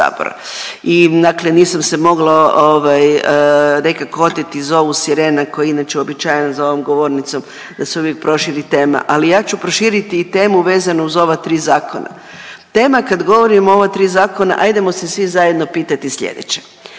nisam se mogla ovaj nekako oteti zovu sirena koji je inače uobičajen za ovom govornicom da se uvijek proširi tema, ali ja ću proširiti i temu vezanu za ova tri zakona. Tema kad govorimo o ova tri zakona, ajdemo se svi zajedno pitati slijedeće.